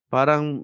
Parang